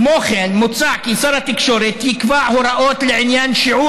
כמו כן מוצע כי שר התקשורת יקבע הוראות לעניין שיעור